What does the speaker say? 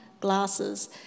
glasses